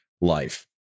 Life